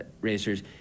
racers